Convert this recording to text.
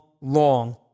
long